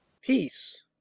Peace